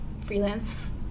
freelance